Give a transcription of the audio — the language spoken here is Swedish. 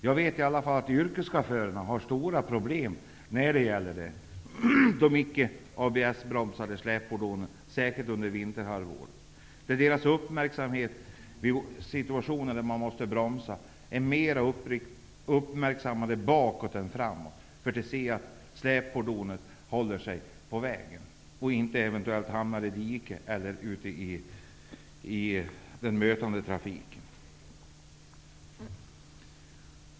Jag vet i alla fall att yrkeschaufförerna har stora problem när det gäller släpfordon som icke har situationer där man måste bromsa är uppmärksamheten mer riktad bakåt än framåt för att man skall se att släpfordonet håller sig på vägen och inte eventuellt hamnar i diket eller i den mötande trafiken.